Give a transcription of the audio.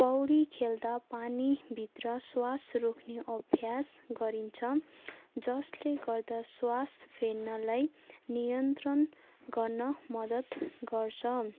पौडी खेल्दा पानीभित्र श्वास रोक्ने अभ्यास गरिन्छ जसले गर्दा श्वास फेर्नलाई नियन्त्रण गर्न मद्दत गर्छ